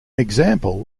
example